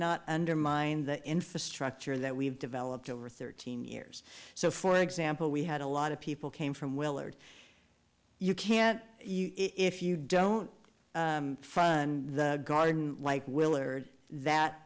not undermine the infrastructure that we've developed over thirteen years so for example we had a lot of people came from willard you can't you if you don't fund garden like willard that